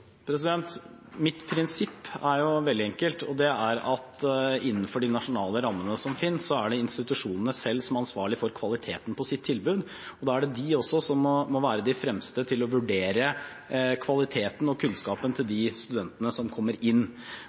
Mitt prinsipp er veldig enkelt – det er at innenfor de nasjonale rammene som finnes, er det institusjonene selv som er ansvarlige for kvaliteten på sitt tilbud, og da er det også de som må være de fremste til å vurdere kvaliteten på og kunnskapen til de studentene som kommer inn.